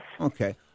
Okay